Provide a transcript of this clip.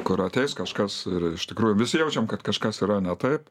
kur ateis kažkas ir iš tikrųjų visi jaučiam kad kažkas yra ne taip